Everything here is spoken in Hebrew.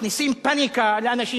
מכניסים פניקה באנשים,